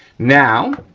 now,